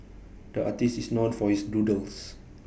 the artist is known for his doodles